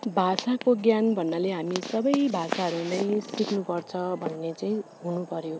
भाषाको ज्ञान भन्नाले हामी सबै भाषाहरू नै सिक्नुपर्छ भन्ने चाहिँ हुनु पर्यो